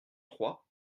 trois